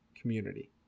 community